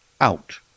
out